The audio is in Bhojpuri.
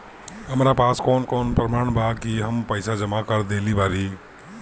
हमरा पास कौन प्रमाण बा कि हम पईसा जमा कर देली बारी?